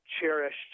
cherished